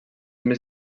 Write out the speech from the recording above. més